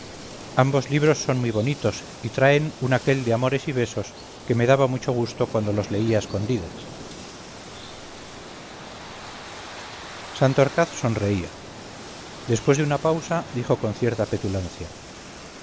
ambos libros son muy bonitos y traen un aquel de amores y besos que me daba mucho gusto cuando los leía a escondidas santorcaz sonreía después de una pausa dijo con cierta petulancia